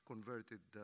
converted